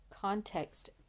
context